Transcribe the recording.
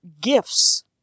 Gifts